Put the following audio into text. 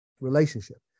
relationship